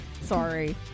Sorry